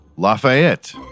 Lafayette